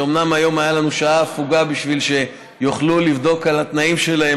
שאומנם היום הייתה לנו שעה הפוגה בשביל שיוכלו לבדוק את התנאים שלהם,